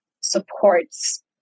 supports